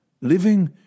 living